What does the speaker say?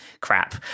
crap